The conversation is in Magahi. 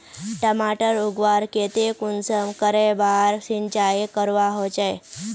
टमाटर उगवार केते कुंसम करे बार सिंचाई करवा होचए?